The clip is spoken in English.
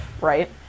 right